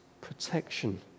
protection